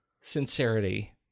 sincerity